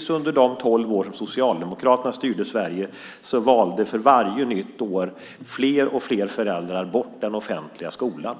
fler och fler föräldrar för varje nytt år bort den offentliga skolan just under de tolv år som Socialdemokraterna styrde Sverige?